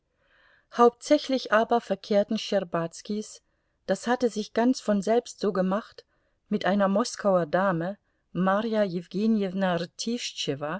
hauptsächlich aber verkehrten schtscherbazkis das hatte sich ganz von selbst so gemacht mit einer moskauer dame marja jewgenjewna